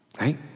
right